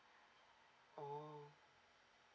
oh